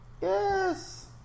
Yes